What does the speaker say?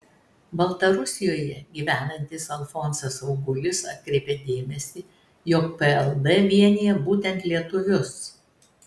baltarusijoje gyvenantis alfonsas augulis atkreipė dėmesį jog plb vienija būtent lietuvius